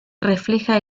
refleja